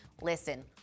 listen